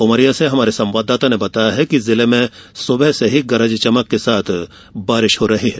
उमरिया से हमारे संवाददाता ने बताया है कि जिले में सुबह से ही गरज चमक के साथ बारिश हो रही है